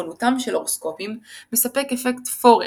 נכונותם של הורוסקופים מספק אפקט פורר,